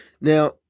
Now